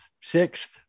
sixth